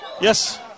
yes